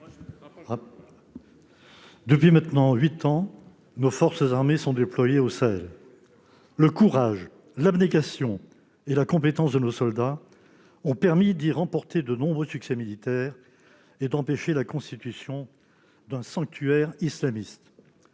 Depuis maintenant huit ans, nos forces armées sont déployées au Sahel. Le courage, l'abnégation et la compétence de nos soldats ont permis d'y remporter de nombreux succès militaires et d'empêcher la constitution d'un sanctuaire islamiste.